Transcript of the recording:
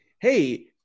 Hey